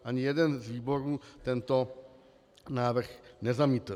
Ani jeden z výborů tento návrh nezamítl.